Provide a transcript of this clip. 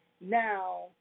Now